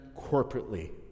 corporately